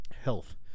health